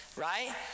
right